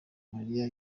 mariya